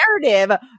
narrative